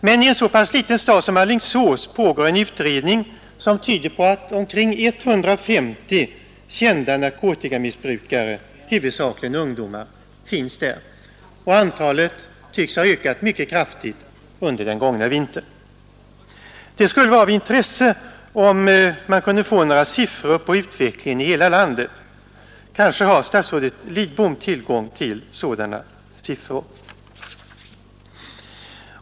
Men i en så pass liten stad som Alingsås finns det — en pågående utredning tyder på det — omkring 150 kända narkotikamissbrukare, huvudsakligen ungdomar. Och antalet tycks ha ökat mycket kraftigt under den gångna vintern. Det skulle vara av intresse att få några siffror för utvecklingen i hela landet. Kanske har statsrådet Lidbom tillgång till sådana?